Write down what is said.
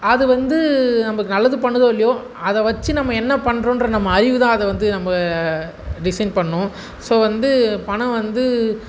அது வந்து நம்பளுக்கு நல்லது பண்ணுதோ இல்லையோ அதை வச்சு நம்ம என்ன பண்ணுறோம்ன்ற நம்ம அறிவு தான் அதை வந்து நம்ப டிசைன் பண்ணும் ஸோ வந்து பணம் வந்து